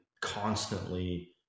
constantly